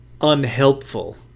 unhelpful